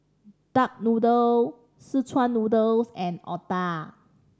duck noodle szechuan noodles and otah